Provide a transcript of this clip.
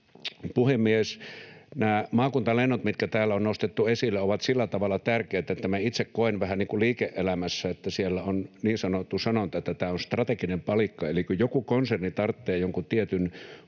puhemies! Nämä maakuntalennot, mitkä täällä on nostettu esille, ovat sillä tavalla tärkeitä, että minä itse koen vähän kuin liike-elämässä, kun siellä on niin sanottu sanonta, että tämä on strateginen palikka — eli kun joku konserni tarvitsee jonkun tietyn